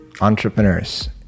entrepreneurs